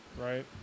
right